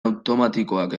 automatikoak